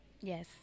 Yes